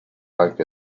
anche